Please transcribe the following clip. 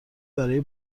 برای